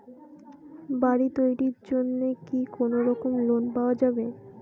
বাড়ি তৈরির জন্যে কি কোনোরকম লোন পাওয়া যাবে?